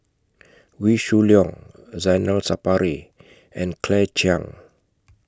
Wee Shoo Leong Zainal Sapari and Claire Chiang